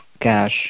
cash